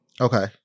Okay